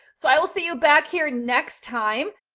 so i will see you back here next time.